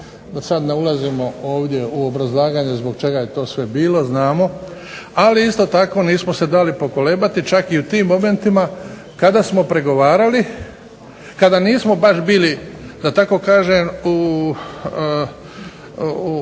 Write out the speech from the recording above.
da sad ne ulazimo ovdje u obrazlaganje zbog čega je to sve bilo znamo, ali isto tako nismo se dali pokolebati. Čak i u tim momentima kada smo pregovarali, kada nismo baš bili da tako kažem nismo otvarali